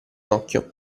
occhio